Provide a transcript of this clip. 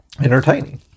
entertaining